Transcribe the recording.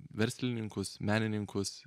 verslininkus menininkus